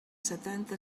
setanta